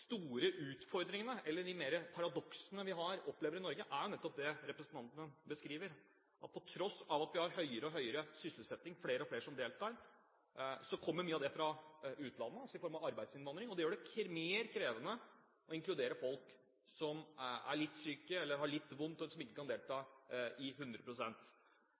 store utfordringene, eller paradoksene, vi opplever i Norge, er jo nettopp det representanten beskriver, at på tross av at vi har høyere og høyere sysselsetting, flere og flere som deltar, kommer mye av den fra utlandet i form av arbeidsinnvandring. Det gjør det mer krevende å inkludere folk som er litt syke, eller har litt vondt, og som ikke kan delta